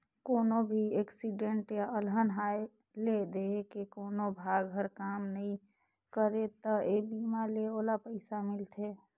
कोनो भी एक्सीडेंट य अलहन आये ले देंह के कोनो भाग हर काम नइ करे त ए बीमा ले ओला पइसा मिलथे